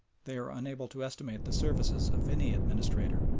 they are unable to estimate the services of any administrator,